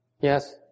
Yes